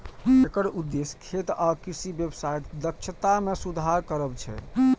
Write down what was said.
एकर उद्देश्य खेत आ कृषि व्यवसायक दक्षता मे सुधार करब छै